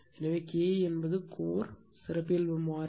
எனவே Ke என்பது core சிறப்பியல்பு மாறிலி